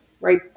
right